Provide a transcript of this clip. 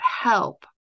help